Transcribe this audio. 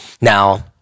Now-